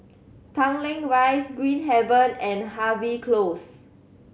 Tanglin Rise Green Haven and Harvey Close